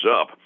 up